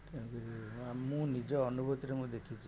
ତେଣୁକରି ମୁଁ ନିଜ ଅନୁଭୂତିରେ ମୁଁ ଦେଖିଛି